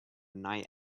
night